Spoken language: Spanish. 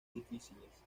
difíciles